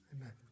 Amen